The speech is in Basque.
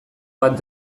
bat